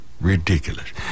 ridiculous